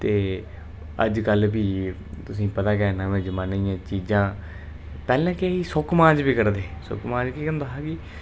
ते अज्जकल बी तुसेंगी पता गै ऐ नमें जमाने दियां चीजां पैह्ले केह् हा सोक्क मांज बी करदे हे सोक्क मांज केह् होंदा हा कि